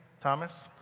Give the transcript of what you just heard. Thomas